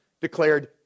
declared